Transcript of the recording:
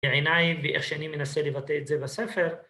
בעיניי, ואיך שאני מנסה לבטא את זה בספר.